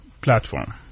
platform